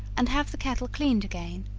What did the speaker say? and have the kettle cleaned again,